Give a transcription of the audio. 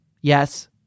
Yes